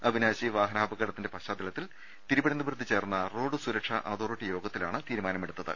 അവി നാശി വാഹനാപകടത്തിന്റെ പശ്ചാത്തലത്തിൽ തിരുവനന്തപുരത്ത് ചേർന്ന റോഡ് സുരക്ഷാ അതോറിറ്റി യോഗത്തിലാണ് തീരുമാനമെ ടുത്തത്